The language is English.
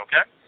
okay